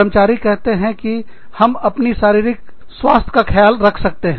कर्मचारी कहते है कि हम अपनी शारीरिक स्वास्थ्य का ख्याल रख सकते हैं